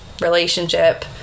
relationship